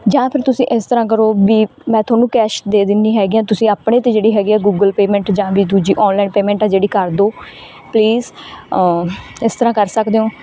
ਜਾਂ ਫਿਰ ਤੁਸੀਂ ਇਸ ਤਰ੍ਹਾਂ ਕਰੋ ਵੀ ਮੈਂ ਤੁਹਾਨੂੰ ਕੈਸ਼ ਦੇ ਦਿੰਦੀ ਹੈਗੀ ਹਾਂ ਤੁਸੀਂ ਆਪਣੇ ਤੋਂ ਜਿਹੜੀ ਹੈਗੀ ਆ ਗੂਗਲ ਪੇਮੈਂਟ ਜਾਂ ਵੀ ਦੂਜੀ ਔਨਲਾਈਨ ਪੇਮੈਂਟ ਆ ਜਿਹੜੀ ਕਰ ਦਿਉ ਪਲੀਜ਼ ਇਸ ਤਰ੍ਹਾਂ ਕਰ ਸਕਦੇ ਹੋ